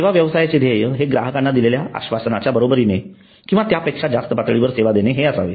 सेवा व्यवसायाचे ध्येय हे ग्राहकांना दिलेल्या आश्वासनाच्या बरोबरीने किंवा त्यापेक्षा जास्त पातळीवर सेवा देणे हे असावे